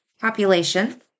population